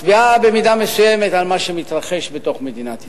מצביעה במידה מסוימת על מה שמתרחש בתוך מדינת ישראל.